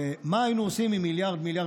מה היינו עושים עם 1 1.5 מיליארד.